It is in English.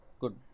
Good